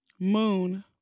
moon